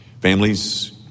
Families